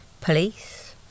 police